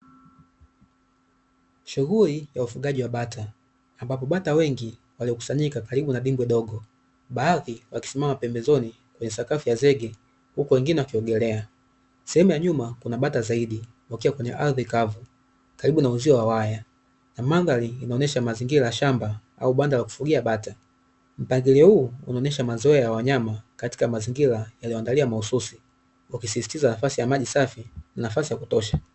Shughuli ya ufugaji wa bata ambapo bata wengi waliokusanyika karibu na dimbwi dogo, baadhi wakisimama pembezoni kwenye sakafu ya zege huku wengine wakiongelea sehemu ya nyuma, kuna bata zaidi tokea kwenye ardhi kavu karibu na uzio wa waya na mandhari inaonyesha mazingira ya shamba au banda la kufugia bata, mpangilio huu unaonyesha mazoea ya wanyama katika mazingira yaliyoandalia mahususi wakisisitiza nafasi ya maji safi nafasi ya kutosha.